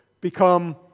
become